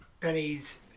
Benny's